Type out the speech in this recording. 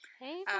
Hey